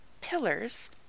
Pillars